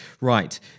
Right